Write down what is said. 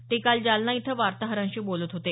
ते काल जालना इथं वार्ताहरांशी बोलत होते